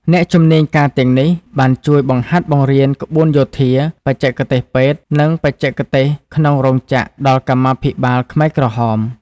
អ្នកជំនាញការទាំងនេះ បានជួយ បង្ហាត់បង្រៀនក្បួនយោធា បច្ចេកទេសពេទ្យ និងបច្ចេកទេសក្នុងរោងចក្រដល់កម្មាភិបាលខ្មែរក្រហម។